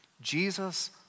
Jesus